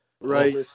Right